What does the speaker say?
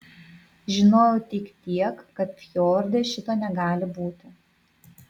žinojau tik tiek kad fjorde šito negali būti